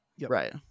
Right